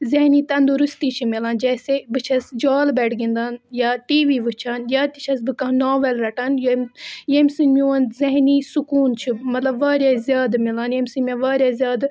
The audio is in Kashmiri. ذہنی تنٛدرستی چھِ میلان جیسے بہٕ چھیٚس جھال بیٹ گِنٛدان یا ٹی وی وُچھان یا تہِ چھیٚس بہٕ کانٛہہ ناوَل رَٹان ییٚمہِ ییٚمہِ سۭتۍ میٛون ذہنی سکوٗن چھُ مطلب واریاہ زیادٕ میلان ییٚمہِ سۭتۍ مےٚ واریاہ زیادٕ